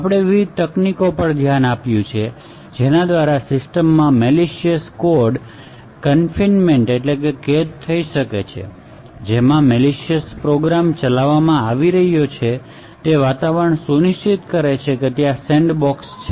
આપણે વિવિધ તકનીકો પર પણ ધ્યાન આપ્યું છે જેના દ્વારા સિસ્ટમમાં મેલીશીયસ કોડ કેદ થઈ શકે છે જેમાં મેલીશીયસ પ્રોગ્રામ ચલાવવામાં આવી શકે છે અને તે વાતાવરણ સુનિશ્ચિત કરે છે કે ત્યાં સેન્ડબોક્સ છે